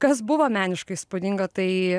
kas buvo meniškai įspūdinga tai